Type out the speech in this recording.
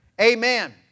Amen